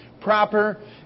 proper